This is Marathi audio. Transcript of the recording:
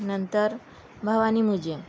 नंतर भवानी मुजियम